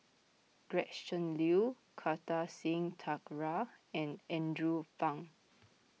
Gretchen Liu Kartar Singh Thakral and Andrew Phang